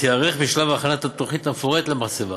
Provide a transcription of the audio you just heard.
תיערך בשלב הכנת התוכנית המפורטת למחצבה,